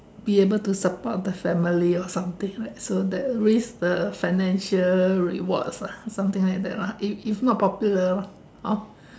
be able to support the family or something right so that risk the financial rewards lah or something like that lah if if not popular lor hor